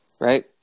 Right